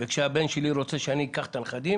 וכשהבן שלי רוצה שאני אסיע את הנכדים